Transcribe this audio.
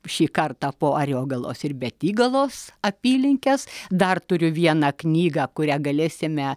šį kartą po ariogalos ir betygalos apylinkes dar turiu vieną knygą kurią galėsime